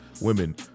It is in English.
women